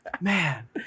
man